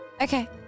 okay